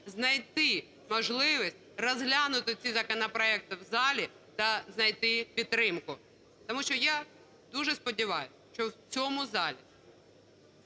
знайти можливість розглянути ці законопроекти в залі та знайти підтримку. Тому що я дуже сподіваюся, що в цьому залі